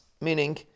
Meaning